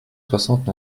soixante